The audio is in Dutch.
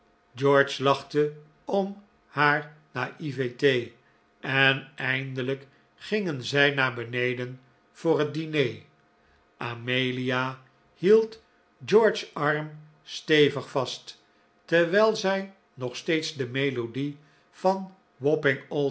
george lachte om haar naivete en eindelijk gingen zij naar beneden voor het diner amelia hield george's arm stevig vast terwijl zij nog steeds de melodie van